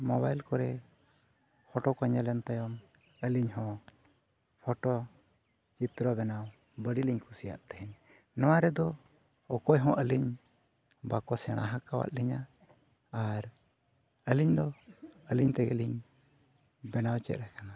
ᱠᱚᱨᱮ ᱠᱚ ᱧᱮᱞᱮᱱ ᱛᱟᱭᱚᱢ ᱟᱹᱞᱤᱧ ᱦᱚᱸ ᱪᱤᱛᱨᱚ ᱵᱮᱱᱟᱣ ᱵᱟᱹᱲᱤ ᱞᱤᱧ ᱠᱩᱥᱤᱭᱟᱜ ᱛᱟᱦᱮᱱ ᱱᱚᱣᱟ ᱨᱮᱫᱚ ᱚᱠᱚᱭ ᱦᱚᱸ ᱟᱹᱞᱤᱧ ᱵᱟᱠᱚ ᱥᱮᱬᱟ ᱟᱠᱟᱫ ᱞᱤᱧᱟ ᱟᱨ ᱟᱹᱞᱤᱧ ᱫᱚ ᱟᱹᱞᱤᱧ ᱛᱮᱜᱮ ᱞᱤᱧ ᱵᱮᱱᱟᱣ ᱪᱮᱫ ᱠᱟᱱᱟ